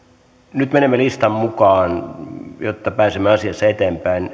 nyt menemme listan mukaan jotta pääsemme asiassa eteenpäin